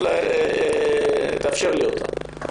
תאפשר לי אותה.